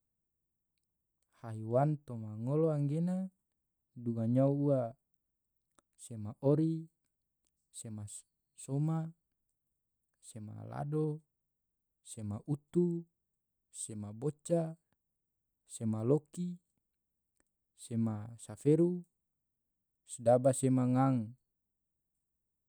haiwan toma ngolo anggena duga nyao ua, sema ori, sema soma, sema lado, sema utu, sema boca, sema loki, sema saferu, se daba sema ngang.